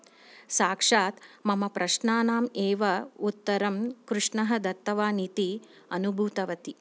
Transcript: साक्षात् मम प्रश्नानाम् एव उत्तरं कृष्णः दत्तवान् इति अनुभूतवती